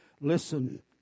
Listen